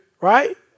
right